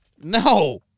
No